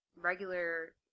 regular